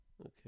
Okay